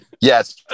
Yes